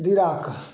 धिरा कहाँ